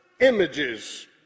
images